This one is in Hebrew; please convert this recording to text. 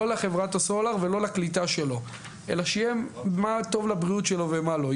לא לחברת הסלולר ולא לקליטה שלו אלא שיהיה מה טוב לבריאות שלו ומה לא.